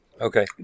Okay